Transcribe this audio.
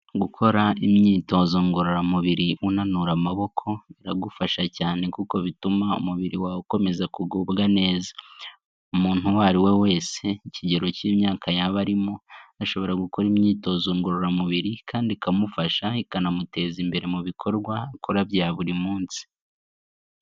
Gukora imyitozo ngororamubiri unanura amaboko, biragufasha cyane, kuko bituma umubiri wawe ukomeza kugubwa neza. Umuntu uwo ari we wese, ikigero cy'imyaka yaba arimo ashobora gukora imyitozo ngororamubiri, kandi ikamufasha ikanamuteza imbere mu bikorwa akora bya buri munsi.